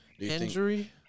injury